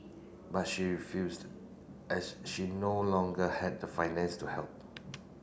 but she refused as she no longer had the finance to help